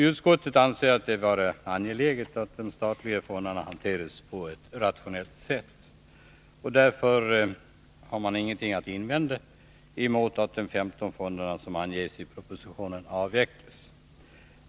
Utskottet anser det vara angeläget att de statliga fonderna hanteras på ett rationellt sätt, och därför har vi ingenting att invända emot att de 15 fonder som anges i propositionen avvecklas.